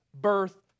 birth